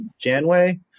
Janway